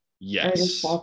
Yes